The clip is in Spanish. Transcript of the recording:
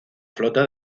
flota